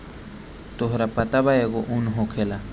तोहरा पता बा एगो उन होखेला